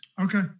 Okay